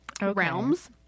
realms